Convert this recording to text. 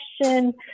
question